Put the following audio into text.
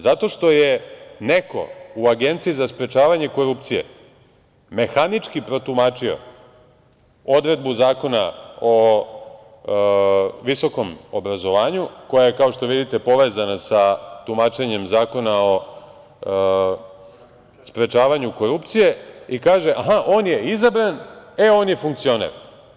Zato što je neko u Agenciji za sprečavanje korupcije mehanički protumačio odredbu Zakona o visokom obrazovanju koja je, kao što vidite, povezana sa tumačenjem Zakona o sprečavanju korupcije, i kaže – aha, on je izabran, e, on je funkcioner.